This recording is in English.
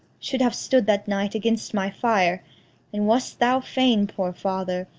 should have stood that night against my fire and wast thou fain, poor father,